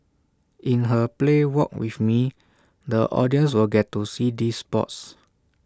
in her play walk with me the audience will get to see these spots